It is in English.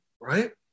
right